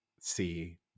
see